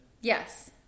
Yes